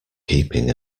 keeping